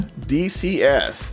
DCS